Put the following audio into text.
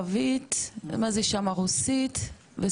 אספניולית וצרפתית,